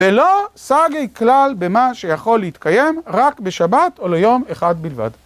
ולא סגי כלל במה שיכול להתקיים רק בשבת או ליום אחד בלבד.